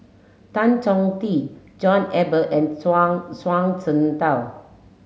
Tan Chong Tee John Eber and Zhuang Zhuang Shengtao